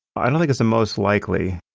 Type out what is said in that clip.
i don't think it's the most likely,